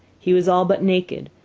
he was all but naked,